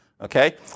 okay